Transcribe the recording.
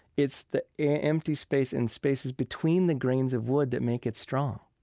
it's the empty space and spaces between the grains of wood that make it strong.